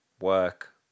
Work